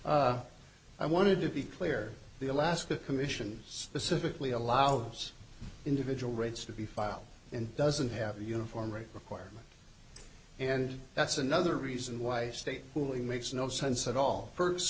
i wanted to be clear the alaska commission specifically allows individual rates to be filed and doesn't have a uniform rate requirement and that's another reason why state puling makes no sense at all